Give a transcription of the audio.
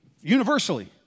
universally